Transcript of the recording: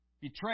betrayed